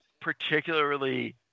particularly